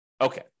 Okay